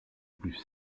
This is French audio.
plus